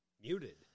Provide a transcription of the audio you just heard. muted